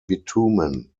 bitumen